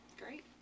Great